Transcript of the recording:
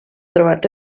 trobat